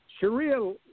Sharia